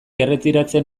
erretiratzen